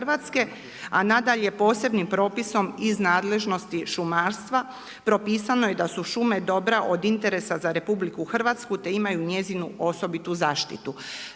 a nadalje posebnim propisom iz nadležnosti šumarstva propisano je da su šume dobra od interesa za RH, te imaju njezinu osobitu zaštitu.